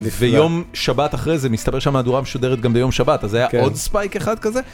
ויום שבת אחרי זה מסתבר שהמהדורה משודרת גם ביום שבת אז היה עוד ספייק אחד כזה